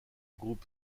group